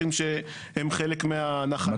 זה לא השטחים שהם חלק מהנחלה של הקיבוץ.